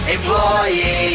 Employee